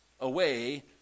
away